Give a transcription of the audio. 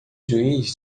juiz